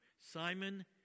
Simon